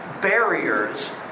barriers